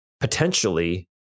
potentially